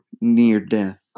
near-death